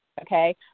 okay